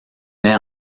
met